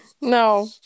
No